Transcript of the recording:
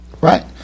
Right